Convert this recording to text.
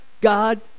God